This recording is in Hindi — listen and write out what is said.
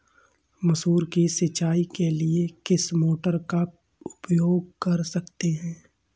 मसूर की सिंचाई के लिए किस मोटर का उपयोग कर सकते हैं?